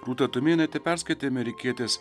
rūta tumėnaitė perskaitė amerikietės